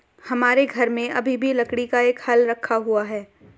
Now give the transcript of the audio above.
हमारे घर में अभी भी लकड़ी का एक हल रखा हुआ है